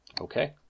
Okay